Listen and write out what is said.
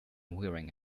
wearing